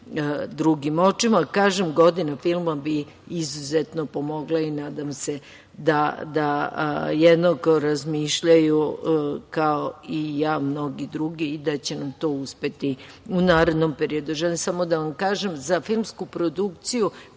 drugim očima. Kažem, godina filma bi izuzetna pomogla i nadam se da jednako razmišljaju kao ja i mnogi drugi i da će nam to uspeti u narednom periodu. Želim samo da vam kažem za filmsku produkciju,